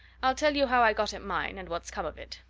i'll tell you how i got at mine and what's come of it.